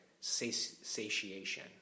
Satiation